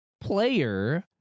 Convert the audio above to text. player